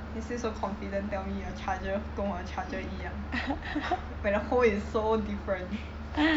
you still so confident tell me your charger 跟我的 charger 一样 when the hole is so different